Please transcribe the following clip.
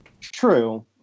True